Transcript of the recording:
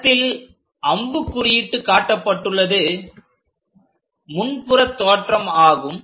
படத்தில் அம்புக் குறியிட்டு காட்டப்பட்டுள்ளது முன்புற தோற்றம் ஆகும்